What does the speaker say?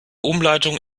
umleitung